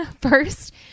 first